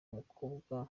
mukobwa